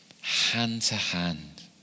hand-to-hand